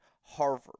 Harvard